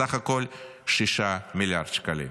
בסך הכול 6 מיליארד שקלים.